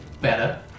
better